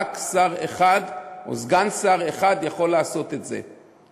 רק שר אחד או סגן שר אחד יכול לעשות את זה.